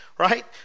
Right